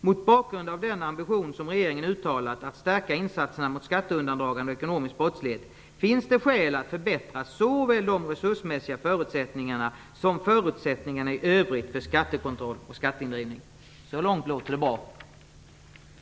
Mot bakgrund av den ambition som regeringen uttalat att stärka insatserna mot skatteundandragande och ekonomisk brottslighet finns det skäl att förbättra såväl de resursmässiga förutsättningarna som förutsättningarna i övrigt för skattekontroll och skatteindrivning." Så långt låter det bra.